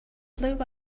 blue